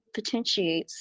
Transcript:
potentiates